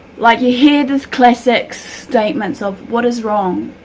like you hear this classic statements of what is wrong?